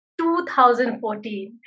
2014